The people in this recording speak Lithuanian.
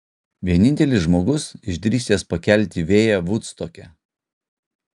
vienintelis žmogus išdrįsęs pakelti vėją vudstoke